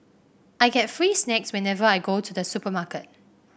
I get free snacks whenever I go to the supermarket